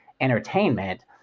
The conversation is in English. entertainment